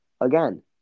again